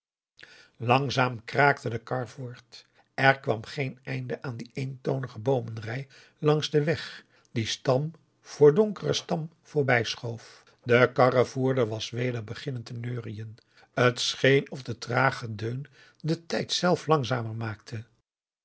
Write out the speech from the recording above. langzaam kraakte de kar voort er kwam geen einde aan die eentonige boomenrij langs den weg die stam voor donkeren stam voorbij schoof de karrevoerder was weder beginnen te neuriën het scheen of de trage deun den tijd zelf langzamer maakte